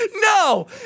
No